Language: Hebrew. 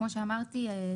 כמו שאמרתי,